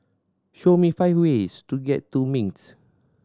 show me five ways to get to Minsk